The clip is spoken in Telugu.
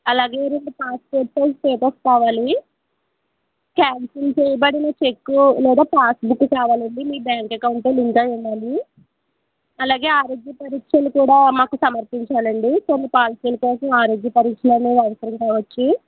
అలాగే రెండు పాస్పోర్ట్ సైజ్ ఫోటోస్ కావాలి క్యాన్సిల్ చెయ్యబడిన చెక్కు లేదా పాస్బుక్కు కావాలండి మీ బ్యాంక్ అకౌంట్తో లింక్ అయ్యి ఉండాలి అలాగే ఆరోగ్య పరీక్షలు కూడా మాకు సమర్పించాలండి కొన్ని పాలసీల కోసం ఆరోగ్య పరీక్షలనేవి అవసరం కావచ్చు